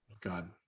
god